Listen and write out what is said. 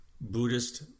Buddhist